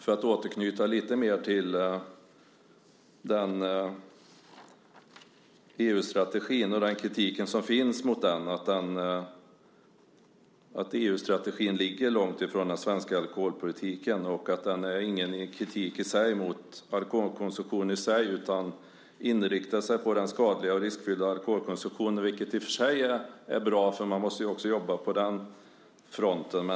För att återknyta lite mer till EU-strategin och den kritik som finns mot den, att EU-strategin ligger långt från den svenska alkoholpolitiken, är det ingen kritik mot alkoholkonsumtionen i sig. I stället inriktar man sig på den skadliga och riskfyllda alkoholkonsumtionen. Det är i och för sig bra. Man måste ju jobba också på den fronten.